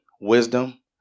wisdom